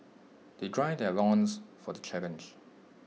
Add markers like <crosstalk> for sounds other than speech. they <unintelligible> gird their loins for the challenge